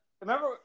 remember